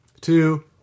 two